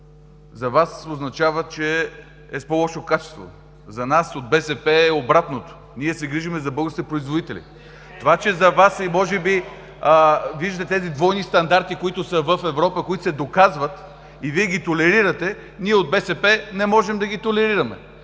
за Вас означава, че е с по-лошо качество. За нас от БСП е обратното. Ние се грижим за българските производители. Може би виждате тези двойни стандарти, които са в Европа, които се доказват, и ги толерирате. Ние от БСП не можем да ги толерираме.